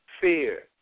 fear